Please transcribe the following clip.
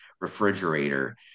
refrigerator